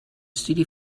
studie